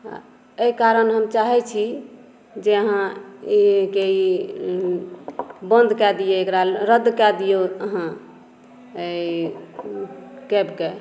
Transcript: एहि कारण हम चाहै छी जे अहाँ ई के ई बन्द कऽ दियै एकरा रद्द कऽ दियौ हँ ई कैब के